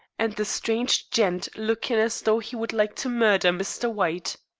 and the strange gent lookin' as though he would like to murder mr. white.